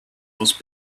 was